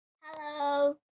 Hello